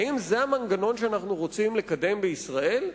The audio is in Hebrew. האם זה המנגנון שאנחנו רוצים לקדם בישראל?